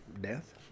death